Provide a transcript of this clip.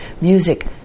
music